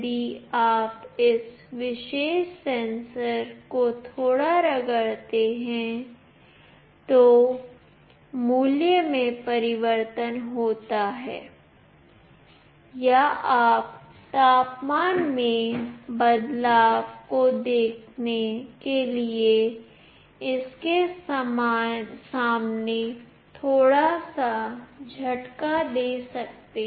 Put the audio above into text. यदि आप इस विशेष सेंसर को थोड़ा रगड़ते हैं तो मूल्य में परिवर्तन होता है या आप तापमान में बदलाव को देखने के लिए इसके सामने थोड़ा सा झटका दे सकते हैं